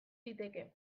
liteke